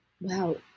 wow